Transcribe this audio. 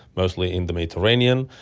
mostly in the mediterranean,